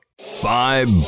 five